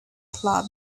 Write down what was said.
club